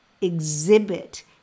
exhibit